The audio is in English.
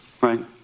Right